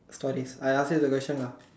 stories I ask you the question lah